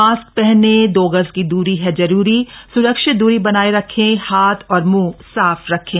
mask पहने दो गज़ की दूरी है ज़रूरी सुरक्षित दूरी बनाए रखें हाथ और मुंह साफ रखें